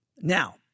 Now